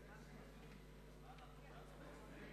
שר האוצר,